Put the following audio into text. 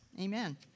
Amen